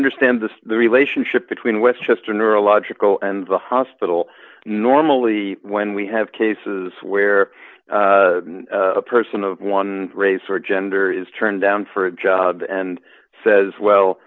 understand the relationship between westchester neurological and the hospital normally when we have cases where a person of one race or gender is turned down for a job and says